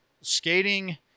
skating